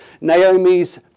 Naomi's